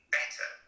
better